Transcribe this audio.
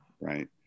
Right